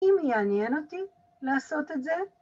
אם יעניין אותי לעשות את זה